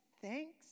thanks